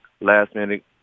last-minute